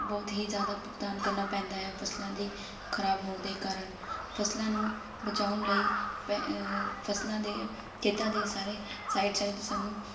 ਬਹੁਤ ਹੀ ਜ਼ਿਆਦਾ ਭੁਗਤਾਨ ਕਰਨਾ ਪੈਂਦਾ ਹੈ ਫਸਲਾਂ ਦੀ ਖ਼ਰਾਬ ਹੋਣ ਦੇ ਕਾਰਨ ਫਸਲਾਂ ਨੂੰ ਬਚਾਉਣ ਲਈ ਪੈ ਫਸਲਾਂ ਦੇ ਖੇਤਾਂ ਦੇ ਸਾਰੇ ਸਾਈਡ ਸਾਈਡ ਸਾਨੂੰ